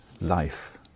life